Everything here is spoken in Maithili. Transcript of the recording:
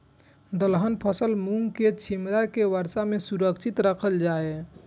दलहन फसल मूँग के छिमरा के वर्षा में सुरक्षित राखल जाय?